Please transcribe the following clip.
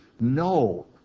No